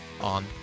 on